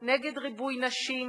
נגד ריבוי נשים,